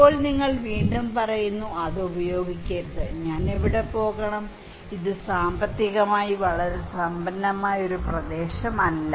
ഇപ്പോൾ നിങ്ങൾ വീണ്ടും പറയുന്നു അത് ഉപയോഗിക്കരുത് ഞാൻ എവിടെ പോകണം ഇത് സാമ്പത്തികമായി വളരെ സമ്പന്നമായ ഒരു പ്രദേശമല്ല